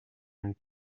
and